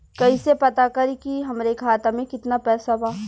कइसे पता करि कि हमरे खाता मे कितना पैसा बा?